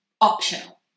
optional